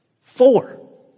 Four